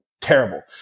terrible